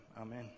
Amen